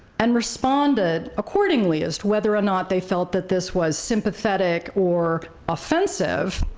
and responded accordingly as to whether or not they felt that this was sympathetic or offensive.